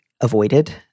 avoided